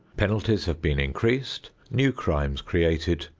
penalties have been increased, new crimes created,